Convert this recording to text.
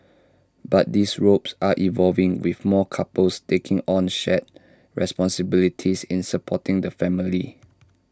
but these roles are evolving with more couples taking on shared responsibilities in supporting the family